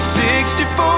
64